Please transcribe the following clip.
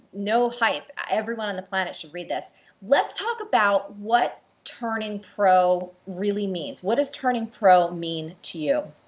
no hype, everyone on the planet should read this. let's talk about what turning pro really means. what does turning pro mean to you?